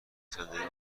صندلی